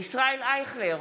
ישראל אייכלר,